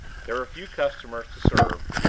there were few customers to serve,